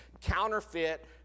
counterfeit